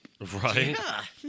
Right